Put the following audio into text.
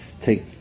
take